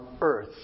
earth